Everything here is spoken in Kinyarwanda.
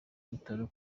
bitaro